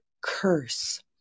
curse